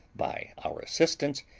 by our assistance,